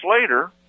later